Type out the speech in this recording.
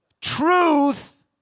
Truth